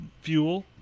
fuel